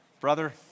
brother